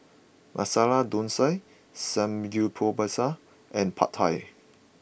Masala Dosa Samgeyopsal and Pad Thai